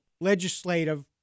legislative